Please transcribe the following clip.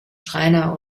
schreiner